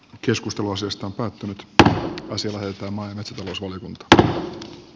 keskustelu asiasta päättänyt asiasta mainitsee suomen p a